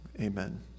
amen